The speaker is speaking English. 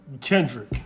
Kendrick